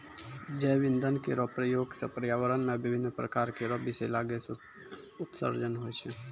जैव इंधन केरो प्रयोग सँ पर्यावरण म विभिन्न प्रकार केरो बिसैला गैस उत्सर्जन होय छै